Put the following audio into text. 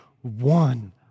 one